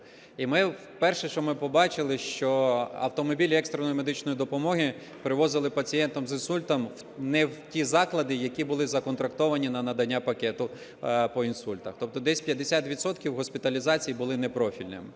І перше, що ми побачили, що автомобілі екстреної медичної допомоги привозили пацієнтів з інсультом не в ті заклади, які були законтрактовані на надання пакету по інсультах. Тобто десь 50 відсотків госпіталізацій були непрофільними.